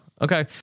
okay